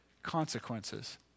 Consequences